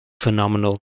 phenomenal